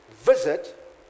visit